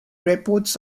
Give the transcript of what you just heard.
reports